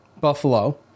Buffalo